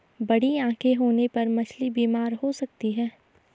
बड़ी आंखें होने पर मछली बीमार हो सकती है